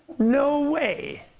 no way.